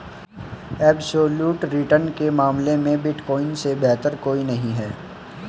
absolute return के मामले में बिटकॉइन से बेहतर कोई नहीं है